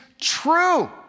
true